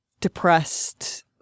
depressed